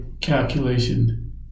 calculation